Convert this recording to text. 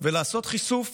ולעשות חישוף